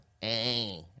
hey